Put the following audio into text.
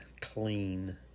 clean